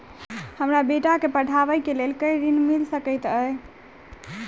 हमरा बेटा केँ पढ़ाबै केँ लेल केँ ऋण मिल सकैत अई?